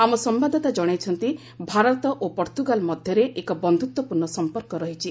ଆମ ସମ୍ଭାଦଦାତା ଜଣାଇଛନ୍ତି ଭାରତ ଓ ପର୍ତ୍ତୃଗାଲ ମଧ୍ୟରେ ଏକ ବନ୍ଧୁତ୍ୱପୂର୍ଣ୍ଣ ସମ୍ପର୍କ ରହିଛି